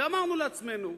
ואמרנו לעצמנו,